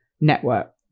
network